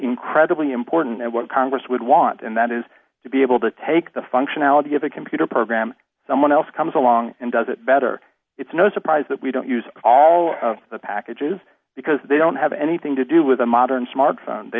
incredibly important what congress would want and that is to be able to take the functionality of a computer program someone else comes along and does it better it's no surprise that we don't use all the packages because they don't have anything to do with a modern smartphone they